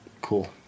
Cool